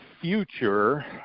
future